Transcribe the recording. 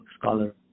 Scholar